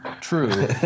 True